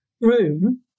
room